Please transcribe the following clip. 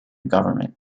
government